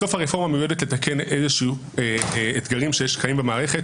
בסוף הרפורמה מיועדת לתקן אתגרים שקיימים במערכת,